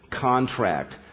contract